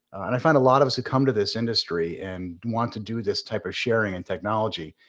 and i find a lot of us who come to this industry and want to do this type of sharing in technology.